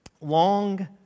Long